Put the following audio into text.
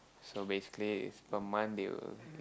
so basically is per month they will